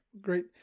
Great